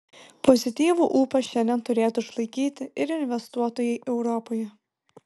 pozityvų ūpą šiandien turėtų išlaikyti ir investuotojai europoje